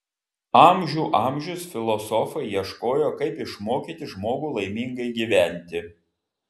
amžių amžius filosofai ieškojo kaip išmokyti žmogų laimingai gyventi